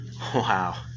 Wow